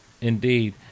indeed